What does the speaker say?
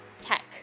tech